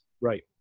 Right